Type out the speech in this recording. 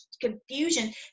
confusion